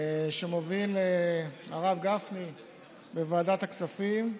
שמוביל הרב גפני בוועדת הכספים.